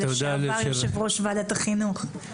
לשעבר יושב ראש ועדת החינוך,